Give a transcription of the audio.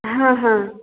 हां हां